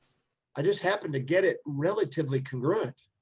i just happened to get it relatively congruent,